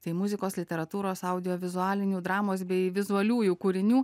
tai muzikos literatūros audiovizualinių dramos bei vizualiųjų kūrinių